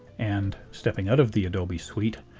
and, stepping out of the adobe suite,